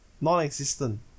non-existent